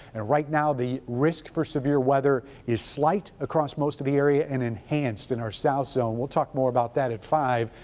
ah right now, the risk for severe weather is slight across most of the area and enhanced in the south zone. we'll talk more about that at five